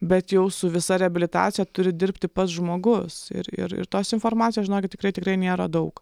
bet jau su visa reabilitacija turi dirbti pats žmogus ir ir tos informacijos žinokit tikrai tikrai nėra daug